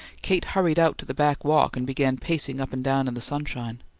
kate hurried out to the back walk and began pacing up and down in the sunshine.